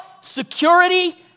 security